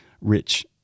rich